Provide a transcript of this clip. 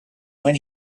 when